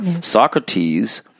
Socrates